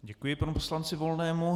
Děkuji panu poslanci Volnému.